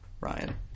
Ryan